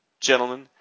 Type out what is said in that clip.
Gentlemen